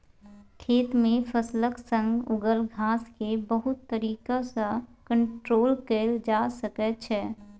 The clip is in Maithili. खेत मे फसलक संग उगल घास केँ बहुत तरीका सँ कंट्रोल कएल जा सकै छै